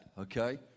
okay